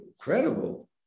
Incredible